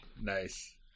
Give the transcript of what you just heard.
Nice